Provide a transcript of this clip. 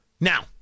now